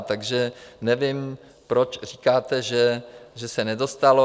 Takže nevím, proč říkáte, že se nedostalo.